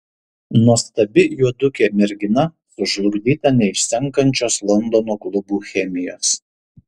nuostabi juodukė mergina sužlugdyta neišsenkančios londono klubų chemijos